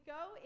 go